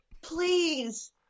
Please